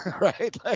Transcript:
Right